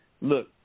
look